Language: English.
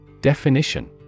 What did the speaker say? Definition